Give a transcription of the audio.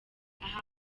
aha